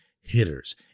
hitters